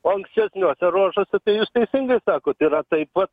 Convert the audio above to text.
o ankstesniuose ruožuose tai jūs teisingai sakot yra taip va